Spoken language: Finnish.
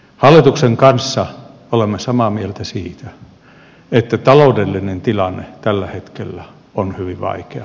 hallituksen kanssa olemme samaa mieltä siitä että taloudellinen tilanne tällä hetkellä on hyvin vaikea